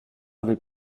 avait